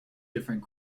different